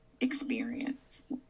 experience